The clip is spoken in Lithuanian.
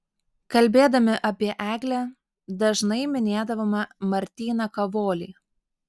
kalbėdami apie eglę dažnai minėdavome martyną kavolį